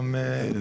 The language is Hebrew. זמן.